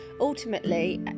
ultimately